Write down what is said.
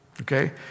Okay